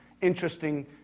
interesting